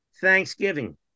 Thanksgiving